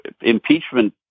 impeachment